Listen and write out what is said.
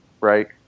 right